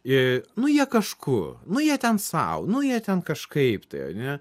nu jie kažkur nu jie ten sau nu jie ten kažkaip tai ane